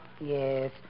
Yes